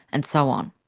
and so on.